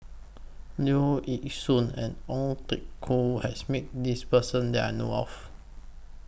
Leong Yee Soo and Ong Teng Koon has Met This Person that I know of